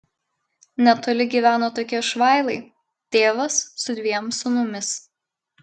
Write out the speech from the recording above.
netoli gyveno tokie švailai tėvas su dviem sūnumis